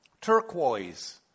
turquoise